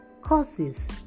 causes